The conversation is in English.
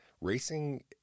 racing